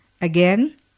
Again